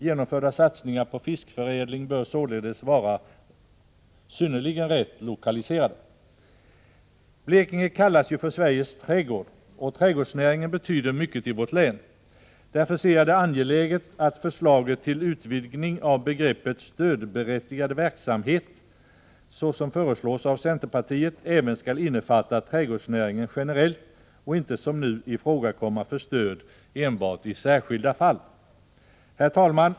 Genomförda satsningar på fiskförädling bör således vara helt rätt lokaliserade. Blekinge kallas ju för Sveriges trädgård, och trädgårdsnäringen betyder mycket i vårt län. Därför ser jag det som angeläget att förslaget till utvidgning av begreppet stödberättigad verksamhet såsom föreslås av centerpartiet även skall innefatta trädgårdsnäringen generellt och inte som nu ifrågakomma enbart för stöd i särskilda fall. Herr talman!